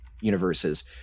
universes